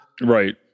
Right